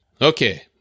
Okay